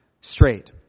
straight